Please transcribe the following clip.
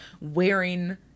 wearing